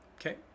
Okay